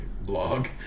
blog